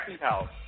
house